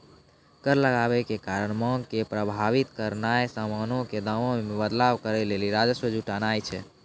कर लगाबै के कारण मांग के प्रभावित करनाय समानो के दामो मे बदलाव करै लेली राजस्व जुटानाय छै